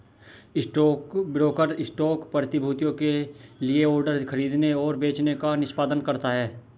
stockbroker stock प्रतिभूतियों के लिए ऑर्डर खरीदने और बेचने का निष्पादन करता है